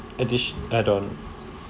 addi~ add-on